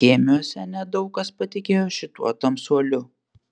skėmiuose nedaug kas patikėjo šituo tamsuoliu